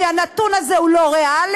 כי הנתון הזה הוא לא ריאלי,